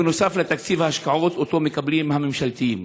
בנוסף לתקציב ההשקעות שמקבלים הממשלתיים.